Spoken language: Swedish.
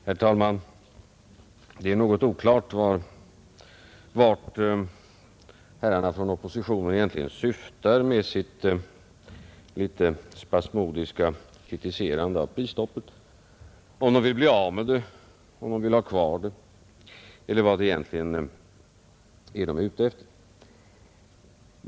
Herr talman! Det är något oklart vart herrarna från oppositionen egentligen syftar med sitt litet spasmodiska kritiserande av prisstoppet — om de vill bli av med det, om de vill ha kvar det eller vad de i själva verket är ute efter.